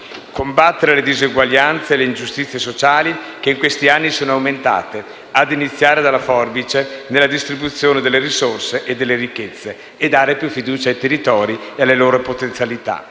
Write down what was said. combattere le diseguaglianze e le ingiustizie sociali che in questi anni sono aumentate, ad iniziare dalla forbice nella distribuzione delle risorse e delle ricchezze e dare più fiducia ai territori e alle loro potenzialità.